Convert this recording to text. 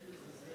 אין בזה,